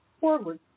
forward